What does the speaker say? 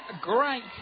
great